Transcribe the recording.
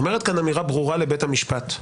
אומרת כאן אמירה ברורה לבית המשפט: